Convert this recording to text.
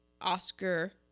Oscar